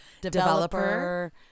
Developer